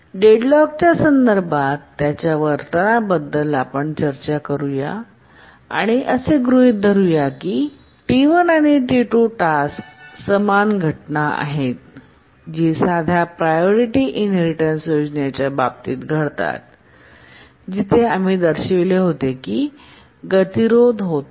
डेडलॉकच्या संदर्भात त्याच्या वर्तना बद्दल आपण चर्चा करूया आणि गृहित धरू की T1आणि T2टास्क समान घटना आहेत जी साध्या प्रायोरिटी इनहेरिटेन्सयोजनेच्या बाबतीत घडतात जिथे आम्ही दर्शविले होते की गतिरोध होतो